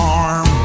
arm